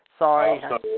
Sorry